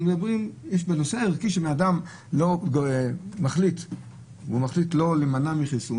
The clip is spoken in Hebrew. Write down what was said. בנושא הערכי שבן אדם מחליט להימנע מחיסון